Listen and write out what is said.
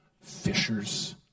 fishers